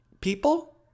People